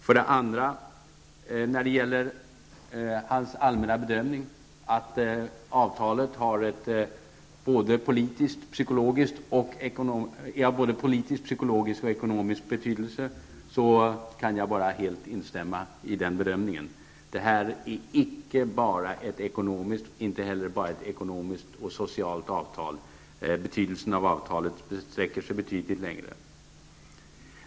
När det för det andra gäller hans allmänna bedömning, att avtalet är av både politisk, psykologisk och ekonomisk betydelse, kan jag bara instämma i denna. Det här är icke bara ett ekonomiskt och icke heller bara ett ekonomiskt och socialt avtal -- betydelsen av avtalet sträcker sig betydligt längre.